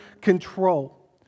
control